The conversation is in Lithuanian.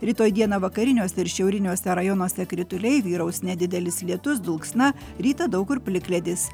rytoj dieną vakariniuose ir šiauriniuose rajonuose krituliai vyraus nedidelis lietus dulksna rytą daug kur plikledis